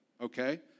Okay